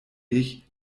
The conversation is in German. ich